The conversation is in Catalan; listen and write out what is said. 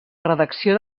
redacció